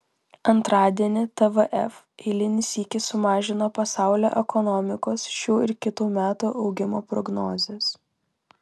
antradienį tvf eilinį sykį sumažino pasaulio ekonomikos šių ir kitų metų augimo prognozes